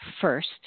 first